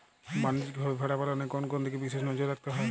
বাণিজ্যিকভাবে ভেড়া পালনে কোন কোন দিকে বিশেষ নজর রাখতে হয়?